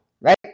Right